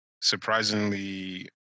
surprisingly